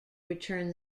return